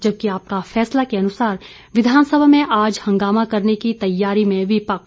जबकि आपका फैसला के अनुसार विधानसभा में आज हंगामा करने की तैयारी में विपक्ष